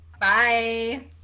Bye